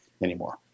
anymore